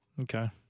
Okay